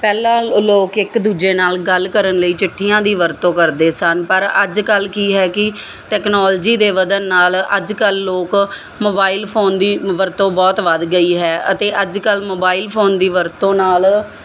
ਪਹਿਲਾਂ ਲੋਕ ਇੱਕ ਦੂਜੇ ਨਾਲ ਗੱਲ ਕਰਨ ਲਈ ਚਿੱਠੀਆਂ ਦੀ ਵਰਤੋਂ ਕਰਦੇ ਸਨ ਪਰ ਅੱਜ ਕੱਲ੍ਹ ਕੀ ਹੈ ਕਿ ਟੈਕਨੋਲਜੀ ਦੇ ਵਧਣ ਨਾਲ ਅੱਜ ਕੱਲ੍ਹ ਲੋਕ ਮੋਬਾਈਲ ਫੋਨ ਦੀ ਵਰਤੋਂ ਬਹੁਤ ਵੱਧ ਗਈ ਹੈ ਅਤੇ ਅੱਜ ਕੱਲ੍ਹ ਮੋਬਾਈਲ ਫੋਨ ਦੀ ਵਰਤੋਂ ਨਾਲ